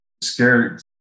scared